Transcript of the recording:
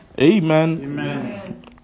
Amen